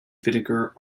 vinegar